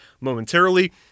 momentarily